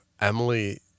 emily